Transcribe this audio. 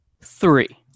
three